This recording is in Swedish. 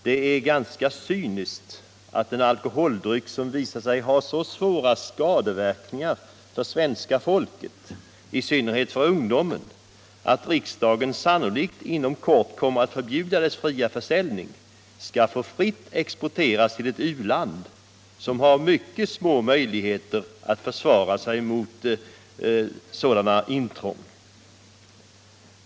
Det är ganska cyniskt att en alkoholdryck som visat sig ha så svåra skadeverkningar för svenska folket, i synnerhet för ungdomen, att riksdagen sannolikt inom kort kommer att förbjuda dess fria försäljning, skall få fritt exporteras till ett u-land, som har mycket små möjligheter att försvara sig mot sådana intrång.